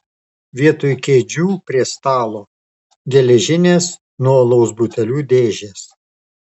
vietoj kėdžių prie stalo geležinės nuo alaus butelių dėžės